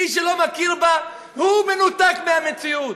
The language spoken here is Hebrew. מי שלא מכיר בה הוא מנותק מהמציאות.